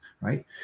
right